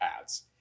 ads